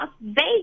Vegas